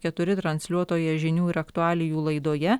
keturi transliuotoje žinių ir aktualijų laidoje